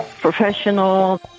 professional